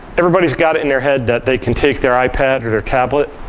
everybody's got it in their head that they can take their ipad or their tablet,